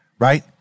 Right